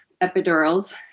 epidurals